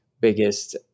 biggest